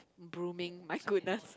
brooming my goodness